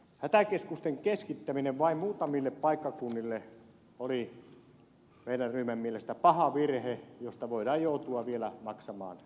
hätäkeskusten keskittäminen vain muutamille paikkakunnille oli meidän ryhmämme mielestä paha virhe josta voidaan joutua vielä maksamaan kova hinta